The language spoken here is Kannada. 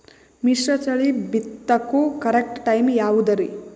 ಮಿಶ್ರತಳಿ ಬಿತ್ತಕು ಕರೆಕ್ಟ್ ಟೈಮ್ ಯಾವುದರಿ?